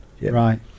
Right